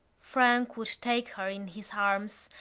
frank would take her in his arms,